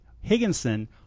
higginson